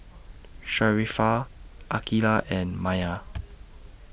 Sharifah Aqilah and Maya